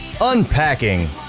unpacking